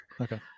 Okay